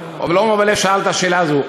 אבל עמר בר-לב שאל את השאלה הזאת: